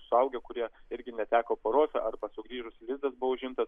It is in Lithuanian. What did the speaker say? suaugę kurie irgi neteko poros arba sugrįžus lizdas buvo užimtas